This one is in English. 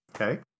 okay